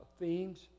themes